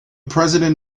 president